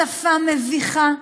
בשפה מביכה.